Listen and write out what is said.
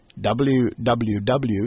www